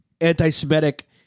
anti-Semitic